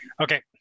Okay